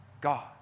God